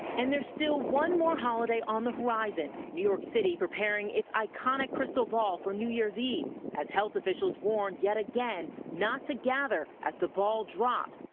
and there's still one more holiday on the horizon. new york city preparing its iconic crystal ball for new year's eve as health officials warn again, not to gather as the ball drops,